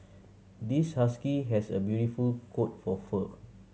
this husky has a beautiful coat for fur